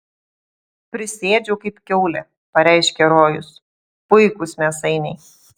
prisiėdžiau kaip kiaulė pareiškė rojus puikūs mėsainiai